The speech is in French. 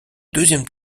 deuxième